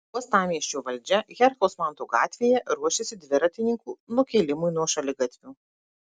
uostamiesčio valdžia herkaus manto gatvėje ruošiasi dviratininkų nukėlimui nuo šaligatvių